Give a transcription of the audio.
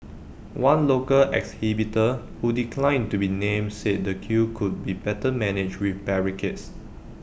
one local exhibitor who declined to be named said the queue could be better managed with barricades